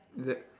is it